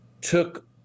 took